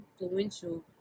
influential